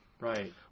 Right